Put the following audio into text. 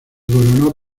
coronó